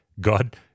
God